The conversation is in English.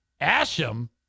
Asham